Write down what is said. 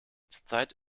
zurzeit